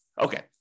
Okay